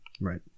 Right